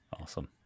Awesome